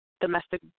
domestic